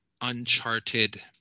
Uncharted